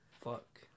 Fuck